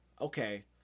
Okay